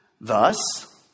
Thus